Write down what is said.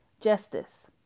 Justice